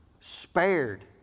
spared